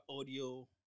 audio